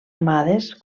amades